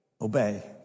obey